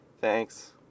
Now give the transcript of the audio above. Thanks